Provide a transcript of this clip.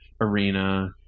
arena